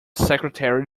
secretary